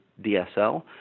DSL